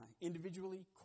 individually